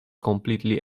completely